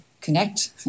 connect